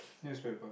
newspaper